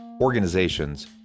organizations